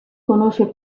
conosce